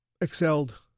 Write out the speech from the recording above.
excelled